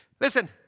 Listen